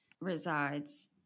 resides